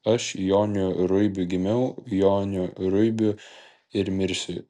aš joniu ruibiu gimiau joniu ruibiu ir mirsiu